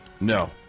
No